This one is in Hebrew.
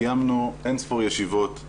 קיימנו אין-ספור ישיבות,